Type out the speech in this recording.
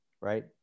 right